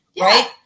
right